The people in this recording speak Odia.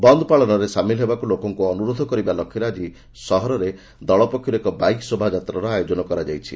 ବନ୍ଦ ପାଳନରେ ସାମିଲ ହେବାକ୍ ଲୋକଙ୍ ଅନ୍ରୋଧ କରିବା ଲକ୍ଷରେ ଆଜି ସହରରେ ଦଳ ପକ୍ଷର୍ର ଏକ ବାଇକ୍ ଶୋଭାଯାତ୍ରାର ଆୟୋଜନ କରାଯାଇଛି